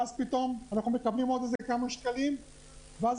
ואז פתאום אנחנו מקבלים עוד כמה שקלים ואז